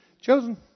Chosen